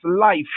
life